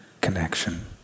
connection